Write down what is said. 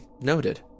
Noted